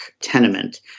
tenement